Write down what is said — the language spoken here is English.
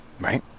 Right